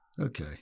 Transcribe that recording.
Okay